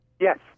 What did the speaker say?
Yes